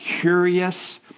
curious